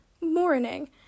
morning